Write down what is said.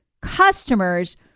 customers